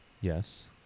Yes